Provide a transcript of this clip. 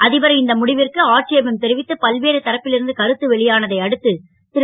அ பரின் இந்த முடிவிற்கு ஆட்சேபம் தெரிவித்து பல்வேறு தரப்பில் இருந்து கருத்து வெளியானதையடுத்து ரு